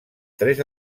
tres